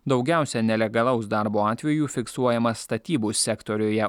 daugiausia nelegalaus darbo atvejų fiksuojama statybų sektoriuje